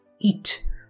eat